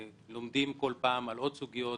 לומדים כל פעם על עוד סוגיות,